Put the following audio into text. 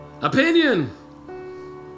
Opinion